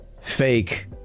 fake